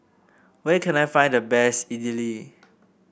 where can I find the best Idili